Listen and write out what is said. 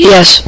Yes